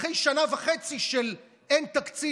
אחרי שנה וחצי של אין תקציב,